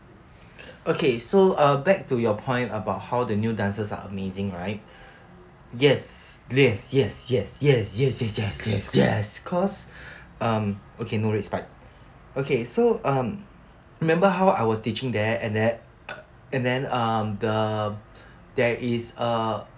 okay so uh back to your point about how the new dancers are amazing right yes yes yes yes yes yes yes yes yes yes cause okay no respect okay so um remember I was teaching that and then and then um the there is a